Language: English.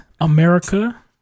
America